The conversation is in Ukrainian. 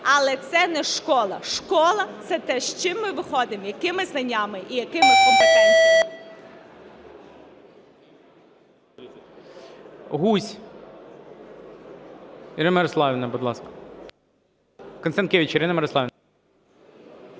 але це не школа. Школа – це те, з чим ми виходимо, з якими знаннями і якими компетенціями.